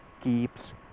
keeps